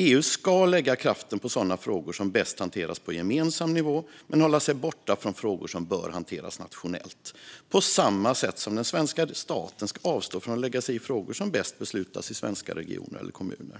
EU ska lägga kraften på sådana frågor som bäst hanteras på gemensam nivå, men hålla sig borta från frågor som bör hanteras nationellt. Det gäller på samma sätt som att den svenska staten ska avstå från att lägga sig i frågor som bäst beslutas i svenska regioner eller kommuner.